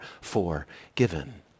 forgiven